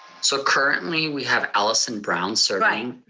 so currently we have alison brown serving.